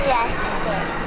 Justice